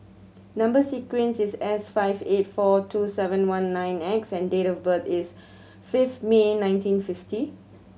number sequence is S five eight four two seven one nine X and date of birth is fifth May nineteen fifty